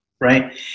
right